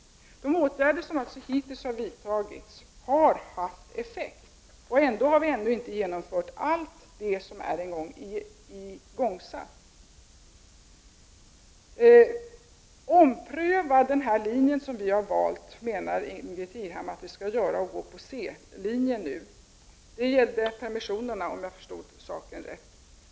De åtgärder som hittills har vidtagits har haft effekt, och vi har ändå inte genomfört allt som är påbörjat. Ingbritt Irhammar menar att regeringen skall ompröva den linje den har valt och följa centerpartiets linje när det gäller permissionerna, om jag förstod saken rätt.